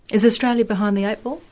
is australia behind the eight ball?